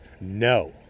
no